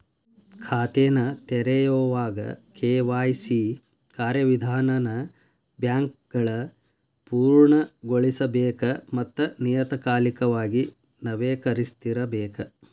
ಖಾತೆನ ತೆರೆಯೋವಾಗ ಕೆ.ವಾಯ್.ಸಿ ಕಾರ್ಯವಿಧಾನನ ಬ್ಯಾಂಕ್ಗಳ ಪೂರ್ಣಗೊಳಿಸಬೇಕ ಮತ್ತ ನಿಯತಕಾಲಿಕವಾಗಿ ನವೇಕರಿಸ್ತಿರಬೇಕ